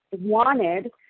wanted